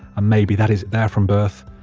maybe that it's there from birth,